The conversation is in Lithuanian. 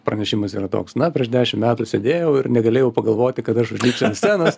pranešimas yra toks na prieš dešim metų sėdėjau ir negalėjau pagalvoti kad aš užlipsiu ant scenos